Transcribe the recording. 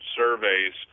surveys